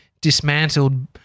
dismantled